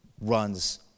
runs